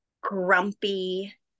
grumpy